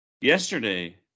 Yesterday